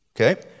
okay